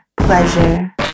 pleasure